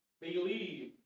believe